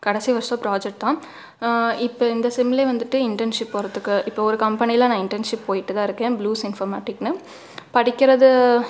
கடைசி வர்ஷம் ப்ராஜக்ட் தான் இப்போ இந்த செம்மிலே வந்துட்டு இன்டன்ஷிப் போகிறதுக்கு இப்போ ஒரு கம்பெனியில் நான் இன்டன்ஷிப் போயட்டுதான் இருக்கேன் ப்ளூஸ் இன்ஃபர்மேட்டிக்னு படிக்கிறது